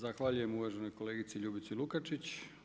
Zahvaljujem uvaženoj kolegici Ljubici Lukačić.